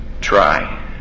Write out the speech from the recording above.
try